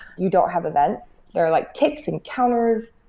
you don't have events, they are like kicks and counters.